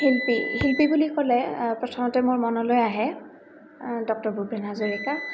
শিল্পী শিল্পী বুলি ক'লে প্ৰথমতে মোৰ মনলৈ আহে ডক্টৰ ভূপেন হাজৰিকা